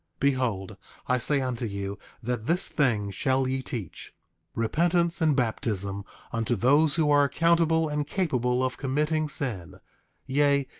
behold i say unto you that this thing shall ye teach repentance and baptism unto those who are accountable and capable of committing sin yea,